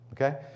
Okay